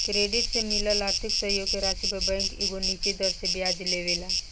credit से मिलल आर्थिक सहयोग के राशि पर बैंक एगो निश्चित दर से ब्याज लेवेला